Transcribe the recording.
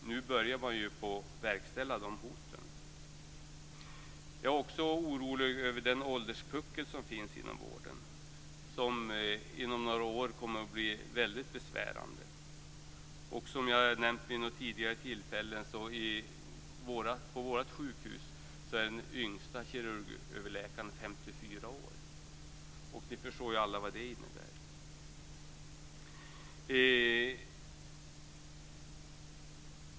Nu börjar man på att verkställa de hoten. Jag är också orolig över den ålderspuckel som finns inom vården. Inom några år kommer den att bli väldigt besvärande. Jag har vid några tidigare tillfällen nämnt att på vårt sjukhus är den yngsta kirurgöverläkaren 54 år. Alla förstår ju vad det innebär.